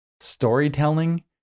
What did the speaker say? Storytelling